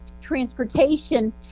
transportation